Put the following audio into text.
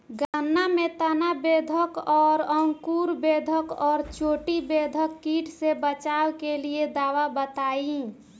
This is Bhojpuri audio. गन्ना में तना बेधक और अंकुर बेधक और चोटी बेधक कीट से बचाव कालिए दवा बताई?